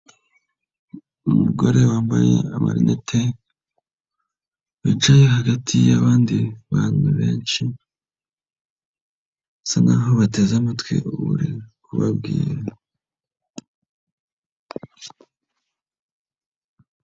Umugore wambaye amarinete, wicaye hagati y'abandi bantu benshi, basa nkaho bateze amatwi uri kubabwira.